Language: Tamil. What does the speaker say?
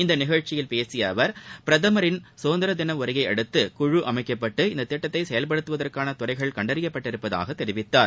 இந்நிகழ்ச்சியில் பேசிய அவர் பிரதமரின் சுதந்திர தின உரையை அடுத்து குழு அமைக்கப்பட்டு இத்திட்டத்தை செயல்படுத்துவதற்கான துறைகள் கண்டறியப்பட்டுள்ளதாக தெரிவித்தார்